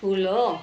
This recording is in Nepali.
ठुलो